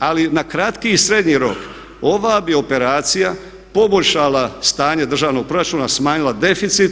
Ali na kratki srednji rok ova bi operacija poboljšala stanje državnog proračuna, smanjila deficit,